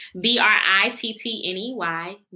B-R-I-T-T-N-E-Y